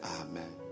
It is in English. Amen